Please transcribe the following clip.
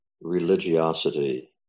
religiosity